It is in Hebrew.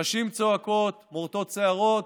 נשים צועקות, מורטות שערות,